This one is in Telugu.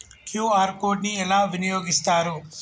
క్యూ.ఆర్ కోడ్ ని ఎలా వినియోగిస్తారు?